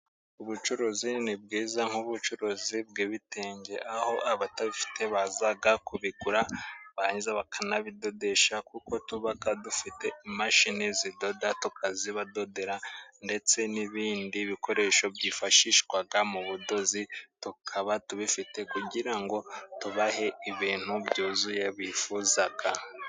Ubucuruzi ni bwiza, nk'ubucuruzi bw'ibitenge, aho abatabifite bazaga kubigura, barangiza bakanabidodesha kuko tubaga dufite imashini zidoda, tukazibadodera ndetse n'ibindi bikoresho byifashishwaga mu budozi tukaba tubifite kugira ngo tubahe ibintu byuzuye bifuzaga.